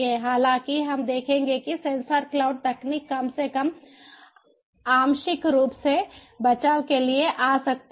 हालांकि हम देखेंगे कि सेंसर क्लाउड तकनीक कम से कम आंशिक रूप से बचाव के लिए आ सकती है